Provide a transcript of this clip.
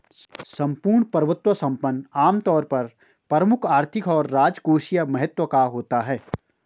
सम्पूर्ण प्रभुत्व संपन्न आमतौर पर प्रमुख आर्थिक और राजकोषीय महत्व का होता है